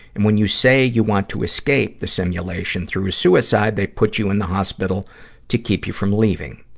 and when you say you want to escape the simulation through suicide, they put you in the hospital to keep you from leaving.